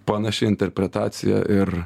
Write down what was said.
panaši interpretacija ir